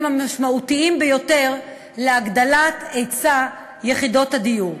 המשמעותיים ביותר להגדלת היצע יחידות הדיור.